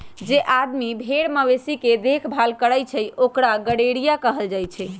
जे आदमी भेर मवेशी के देखभाल करई छई ओकरा गरेड़िया कहल जाई छई